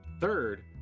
Third